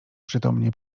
przytomnie